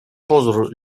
pozór